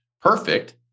perfect